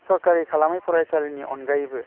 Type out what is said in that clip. सरकारि खालामै फरायसालिनि अनगायैबो